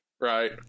right